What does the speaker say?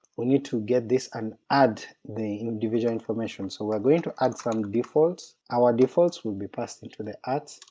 we need to get this and add the individual information. so we're going to add some defaults, our defaults will be passed into the atts,